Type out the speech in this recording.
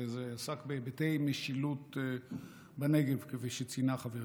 זה עסק בהיבטי המשילות בנגב, כפי שציינה חברתי.